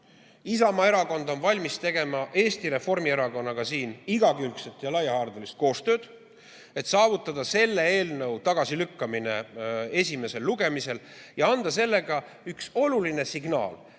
Isamaa Erakond on valmis tegema Eesti Reformierakonnaga igakülgset ja laiahaardelist koostööd, et saavutada selle eelnõu tagasilükkamine esimesel lugemisel ja anda nii oluline signaal